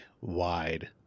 wide